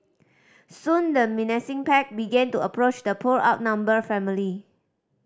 soon the menacing pack began to approach the poor outnumbered family